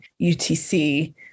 UTC